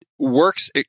works